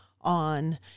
on